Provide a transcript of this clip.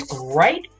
right